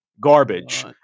garbage